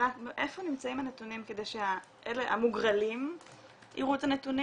איפה נמצאים הנתונים כדי שהמוגרלים יראו את הנתונים